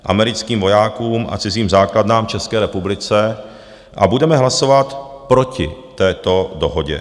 americkým vojákům a cizím základnám v České republice a budeme hlasovat proti této dohodě.